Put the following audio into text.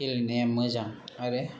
गेलेनाया मोजां आरो